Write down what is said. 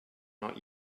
not